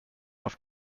auf